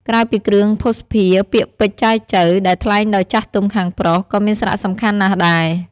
ក្រៅពីគ្រឿងភស្តុភារ ពាក្យពេចន៍ចែចូវ ដែលថ្លែងដោយចាស់ទុំខាងប្រុស ក៏មានសារៈសំខាន់ណាស់ដែរ។